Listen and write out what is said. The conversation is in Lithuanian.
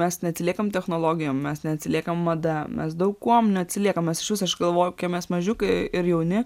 mes neatsiliekam technologijom mes neatsiliekam mada mes daug kuom neatsiliekam mes išvis aš galvoju kokie mažiukai ir jauni